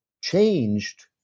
changed